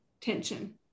tension